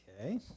Okay